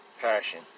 passion